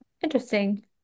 interesting